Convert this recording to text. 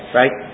right